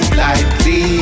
lightly